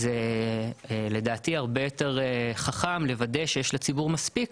אז לדעתי, הרבה יותר חכם לוודא שיש לציבור מספיק,